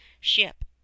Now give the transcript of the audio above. ship